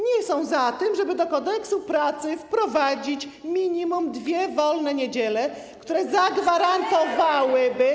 nie są za tym, żeby do Kodeksu pracy wprowadzić minimum dwie wolne niedziele, które zagwarantowałyby.